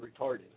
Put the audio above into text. retarded